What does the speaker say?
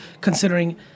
considering